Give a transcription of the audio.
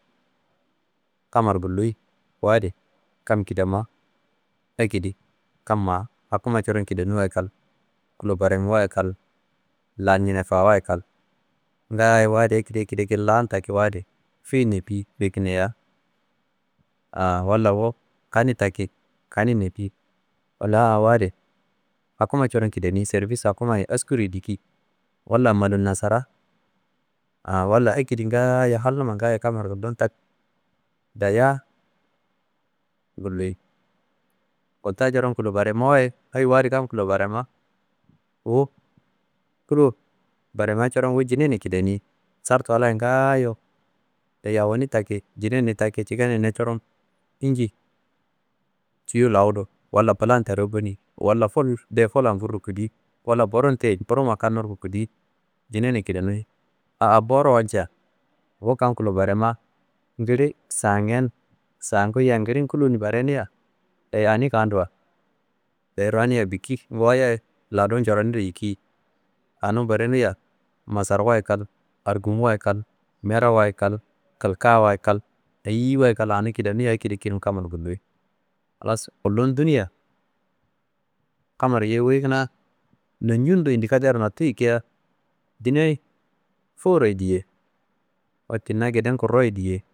Kammaro gulluyi wu adi kam kidama ekedi kam maa hakuma coron kidanimiwa kal, kulo baremawa kal, lan ñinefaawa kal ngayo wu adi ekedi ekedi ekedi wu adi fe nefi fe kineya, «hesitation » walla wu kani taki, kani nefi, walla wu adi hakuma coron kidani servis hakumaye eskirye diki walla malum nasara« hesitation » walla ekedi ngayo halnumma gaayo kammaro gullumu tak dayiya gulluyi, gulta coron kulo baremawaye, hayi wu adi kam kulo barema, wu kulo barema coron wu jinene kidani sardu Allaye ngaayo deyi awoni taki, jinene taki jinenena coron inci tiyo lawudu, walla bulan teruwu goni, walla ful de fullan teruwu kudi, walla burum te burumma kanurku kudi jinene kidani aa boro walca wu kam kulo barema ngili sangiyen sangiyen, sangu yiya ngilin kuloni bareniya ani deyi ani kanduwuwa deyi roniyiya biki wayiye ladu njoroniro yiki anum barenuya masarwa kal, argumwa kal, merowa kal, kilkawa kal, eyiyiwa kal anum kidanuya ekedi ekedi akedimu kammaro guliyi halas kulum dunuyia, kamaro wuyi kuna noncunu do yidikatero notu yikea dinayi furo ye diye, wette na geden kuru ye diye